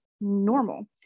normal